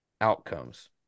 outcomes